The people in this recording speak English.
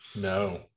no